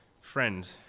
Friend